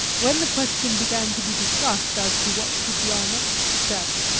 when the question began to be discussed as to what should be our next step,